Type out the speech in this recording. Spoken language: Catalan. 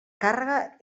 càrrega